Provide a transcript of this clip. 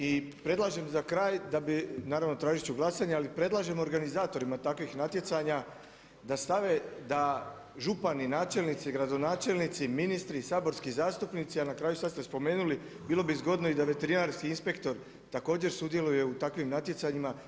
I predlažem za kraj da bi, naravno tražit ću glasanje, ali predlažem organizatorima takvih natjecanja da stave, da župani, načelnici, gradonačelnici, ministri, saborski zastupnici a na kraju sad ste spomenuli bilo bi dobro da i veterinarski inspektor također sudjeluje u takvim natjecanjima.